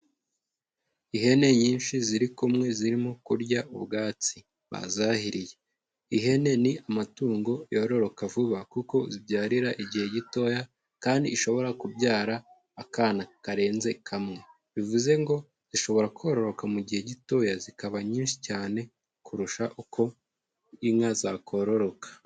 Ihene nyinshi ziri kumwe, zirimo kurya ubwatsi bazahiriye. Ihene ni amatungo yororoka vuba kuko zibyarira igihe gitoya kandi ishobora kubyara akana karenze kamwe. Bivuze ngo zishobora kororoka mu gihe gitoya, zikaba nyinshi cyane kurusha uko inka zakororoka.